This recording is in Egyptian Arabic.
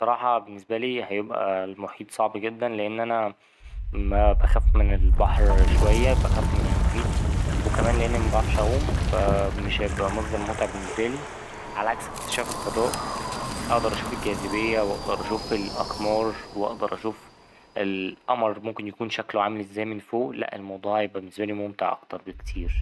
بصراحة بالنسبالي هيبقى المحيط صعب جدا، لأن أنا بخاف من البحر شوية بخاف من المحيط وكمان لأن مبعرفش أعوم فا مش هيبقى مصدر متعة بالنسبالي على عكس إكتشاف الفضاء أقدر أشوف الجاذبية وأقدر أشوف الأقمار وأقدر أشوف القمر ممكن يكون شكله عامل ازاي من فوق لا الموضوع هيبقى بالنسبالي ممتع أكتر بكتير.